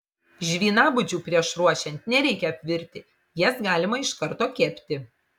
žvynabudžių prieš ruošiant nereikia apvirti jas galima iš karto kepti